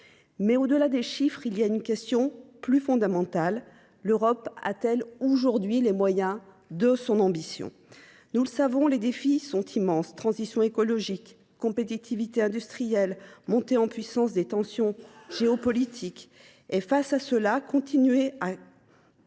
Au delà des chiffres se pose une question plus fondamentale : l’Europe a t elle aujourd’hui les moyens de son ambition ? Nous le savons, les défis sont immenses : transition écologique, compétitivité industrielle, montée en puissance des tensions géopolitiques. Face à cela, continuer à